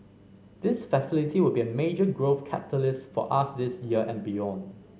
this facility will be a major growth catalyst for us this year and beyond